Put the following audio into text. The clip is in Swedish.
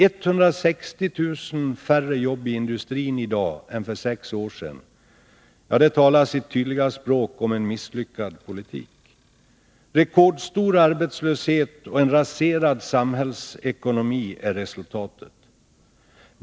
160 000 färre jobb i industrin i dag än för sex år sedan talar sitt tydliga språk om en misslyckad politik. Rekordstor arbetslöshet och en raserad samhällsekonomi är resultatet.